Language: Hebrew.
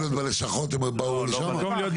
להנפיק.